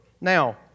Now